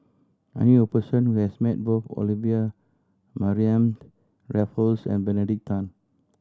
I knew a person who has met both Olivia Mariamne Raffles and Benedict Tan